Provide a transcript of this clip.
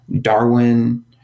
Darwin